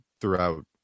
throughout